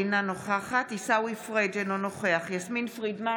אינה נוכחת עיסאווי פריג' אינו נוכח יסמין פרידמן,